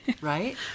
Right